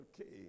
Okay